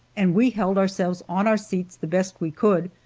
and we held ourselves on our seats the best we could,